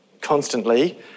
constantly